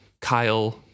Kyle